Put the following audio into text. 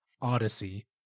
Odyssey